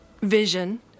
vision